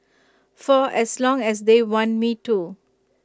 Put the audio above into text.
for as long as they want me to